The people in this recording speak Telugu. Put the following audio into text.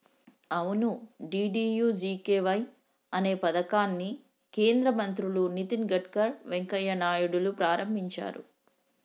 అవును డి.డి.యు.జి.కే.వై అనే పథకాన్ని కేంద్ర మంత్రులు నితిన్ గడ్కర్ వెంకయ్య నాయుడులు ప్రారంభించారు